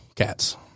Cats